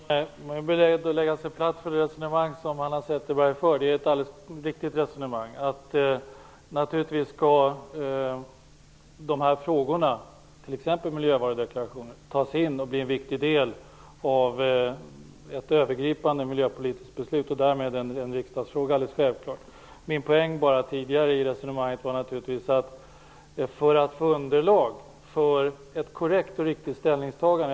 Herr talman! Jag är beredd att lägga mig platt inför det resonemang som Hanna Zetterberg för. Det är ett alldeles riktigt resonemang. Naturligtvis skall dessa frågor, t.ex. de om miljövarudeklaration, tas in i och bli en viktig del av ett övergripande miljöpolitiskt beslut och därmed riksdagsfrågor. Det är alldeles självklart. Min poäng tidigare i resonemanget var naturligtvis att det är bra att få underlag för ett korrekt och riktigt ställningstagande.